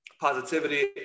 positivity